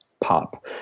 pop